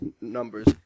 numbers